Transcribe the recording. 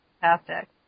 Fantastic